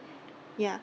ya